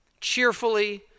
cheerfully